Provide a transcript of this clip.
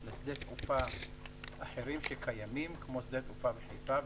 לשדות תעופה אחרים שקיימים כמו שדה התעופה בחיפה.